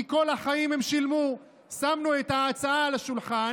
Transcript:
כי כל החיים הם שילמו, שמנו את ההצעה על השולחן.